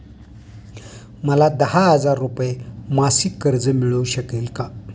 मला दहा हजार रुपये मासिक कर्ज मिळू शकेल का?